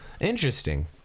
interesting